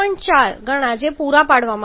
4 ગણા જે પૂરા પાડવામાં આવ્યા છે